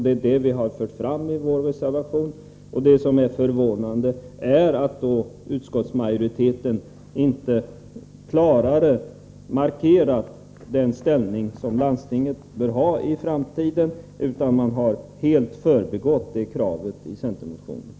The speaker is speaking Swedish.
Det har vi fört fram i vår reservation, och det förvånande är att utskottsmajoriteten inte klarare har markerat den ställning som landstingen bör ha i framtiden utan helt förbigått detta krav i centermotionen.